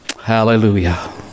Hallelujah